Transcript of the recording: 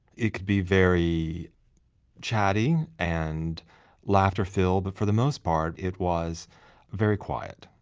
it could be very chatty, and laughter filled, but for the most part it was very quiet.